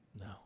no